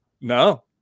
No